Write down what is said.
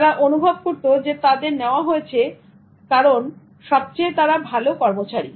তারা অনুভব করতো যে তাদের নেওয়া হয়েছে কারণ তারা সবচেয়ে ভালো কর্মচারী